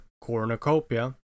Cornucopia